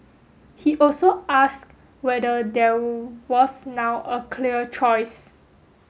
he also asked whether there was now a clear choice